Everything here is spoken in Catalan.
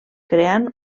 creant